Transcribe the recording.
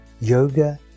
yoga